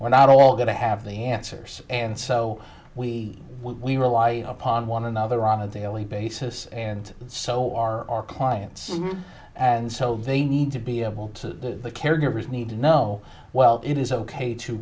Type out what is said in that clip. we're not all going to have the answers and so we we rely upon one another on a daily basis and so are our clients and so they need to be able to caregivers need to know well it is ok to